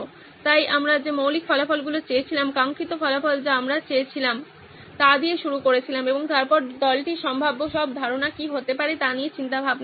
তাই আমরা যে মৌলিক ফলাফলগুলো চেয়েছিলাম কাঙ্খিত ফলাফল যা আমরা চেয়েছিলাম তা দিয়ে শুরু করেছিলাম এবং তারপর দলটি সম্ভাব্য সব ধারণা কি হতে পারে তা নিয়ে চিন্তাভাবনা শুরু করে